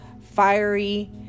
fiery